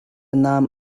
nam